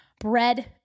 bread